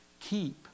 keep